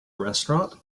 restaurant